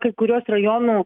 kai kuriuos rajonų